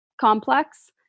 complex